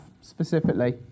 specifically